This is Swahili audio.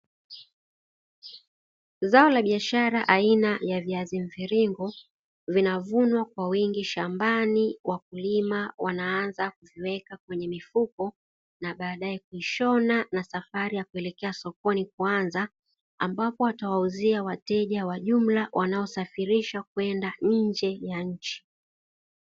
Zao la biashara aina ya viazi mviringo vinavunwa kwa wingi shambani, wakulima wanaanza kuviweka kwenye mifuko na baadae kuishona na safari ya kuelekea sokoni kuanza, ambapo watawauzia wateja wa jumla wanaosafirisha kwenda nje ya nchi.